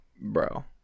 Bro